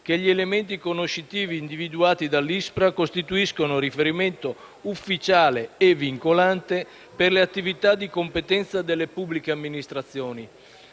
che gli elementi conoscitivi individuati dall'ISPRA costituiscono riferimento ufficiale e vincolante per le attività di competenza delle pubbliche amministrazioni.